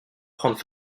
prendre